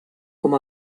com